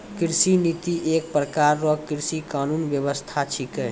कृषि नीति एक प्रकार रो कृषि कानून व्यबस्था छिकै